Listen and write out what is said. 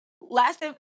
Last